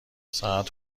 ساعت